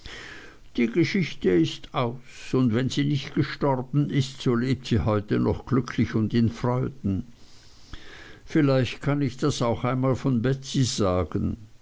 die geschichte ist aus und wenn sie nicht gestorben ist so lebt sie heute noch glücklich und in freuden vielleicht kann ich das auch noch einmal von betsey sagen